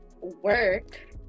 work